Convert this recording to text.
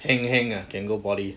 heng heng ah can go poly